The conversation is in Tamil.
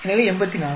எனவே 84